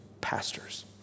pastors